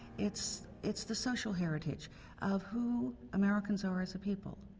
it's it's the social heritage of who americans ah are, as a people.